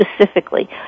specifically